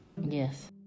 Yes